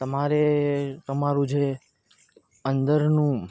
તમારે તમારું જે અંદરનું